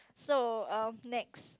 so um next